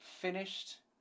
finished